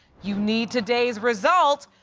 you need today's result.